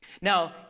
Now